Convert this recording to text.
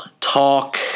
talk